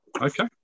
Okay